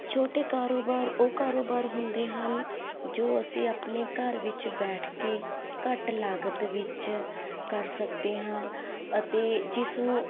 ਛੋਟੇ ਕਾਰੋਬਾਰ ਉਹ ਕਾਰੋਬਾਰ ਹੁੰਦੇ ਹਨ ਜੋ ਅਸੀਂ ਆਪਣੇ ਘਰ ਵਿੱਚ ਬੈਠ ਕੇ ਘੱਟ ਲਾਗਤ ਵਿੱਚ ਕਰ ਸਕਦੇ ਹਾਂ ਅਤੇ ਜਿਸ ਨੂੰ